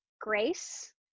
grace